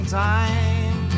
time